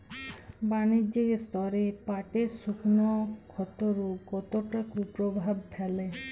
বাণিজ্যিক স্তরে পাটের শুকনো ক্ষতরোগ কতটা কুপ্রভাব ফেলে?